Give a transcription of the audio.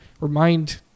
remind